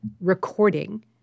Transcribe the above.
recording